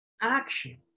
action